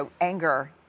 anger